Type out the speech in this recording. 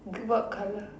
what colour